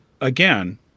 again